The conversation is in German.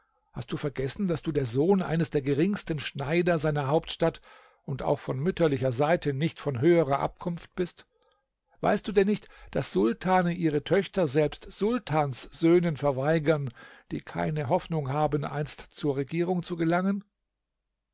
hast du vergessen daß du der sohn eines der geringsten schneider seiner hauptstadt und auch von mütterlicher seite nicht von höherer abkunft bist weißt du denn nicht daß sultane ihre töchter selbst sultanssöhnen verweigern die keine hoffnung haben einst zur regierung zu gelangen